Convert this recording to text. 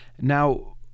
Now